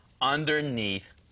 underneath